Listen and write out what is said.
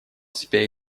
себя